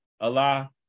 allah